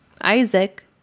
isaac